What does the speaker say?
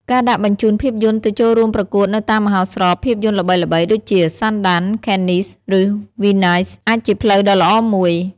ការដាក់បញ្ជូនភាពយន្តទៅចូលរួមប្រកួតនៅតាមមហោស្រពភាពយន្តល្បីៗដូចជា Sundance, Cannes ឬ Venice អាចជាផ្លូវដ៏ល្អមួយ។